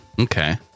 Okay